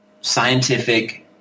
scientific